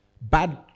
bad